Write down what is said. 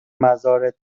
مزارت